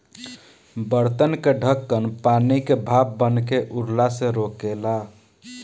बर्तन के ढकन पानी के भाप बनके उड़ला से रोकेला